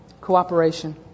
cooperation